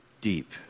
deep